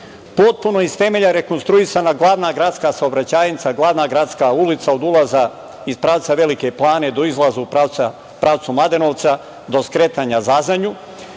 je iz temelja rekonstruisana glavna gradska saobraćajnica, glavna gradska ulica od ulaza iz pravca Velike Plane do izlaza u pravcu Mladenovca do skretanja Zazanju,